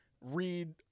read